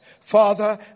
Father